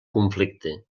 conflicte